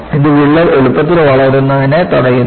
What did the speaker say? ഇത് വിള്ളൽ എളുപ്പത്തിൽ വളരുന്നതിനെ തടയുന്നു